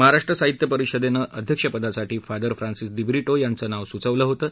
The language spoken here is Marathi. महाराष्ट्र साहित्य परिषदेनं अध्यक्षपदासाठी फादर फ्रान्सिस दिब्रिटो यांचं नाव सुचवलं होतं